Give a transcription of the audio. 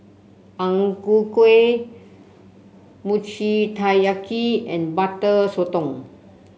Ang Ku Kueh Mochi Taiyaki and Butter Sotong